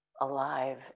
alive